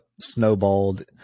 snowballed